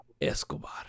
Escobar